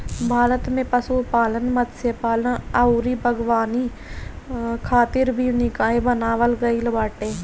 भारत में पशुपालन, मत्स्यपालन अउरी बागवानी खातिर भी निकाय बनावल गईल बाटे